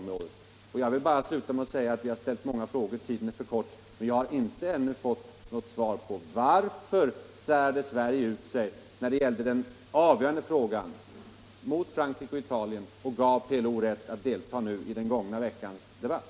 Eftersom tiden är knapp deltagande av PLO skall jag därför sluta med att bara säga, att jag har ställt många frågor i FN-debatt men ännu inte fått något svar på varför Sverige, mot Frankrike och Italien, mälde sig ut när det gällde den avgörande frågan och gav PLO rätt att delta i den gångna veckans debatt.